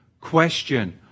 Question